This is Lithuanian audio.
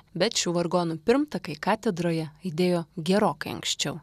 bet šių vargonų pirmtakai katedroje aidėjo gerokai anksčiau